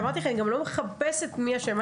אני גם לא מחפשת מי אשם.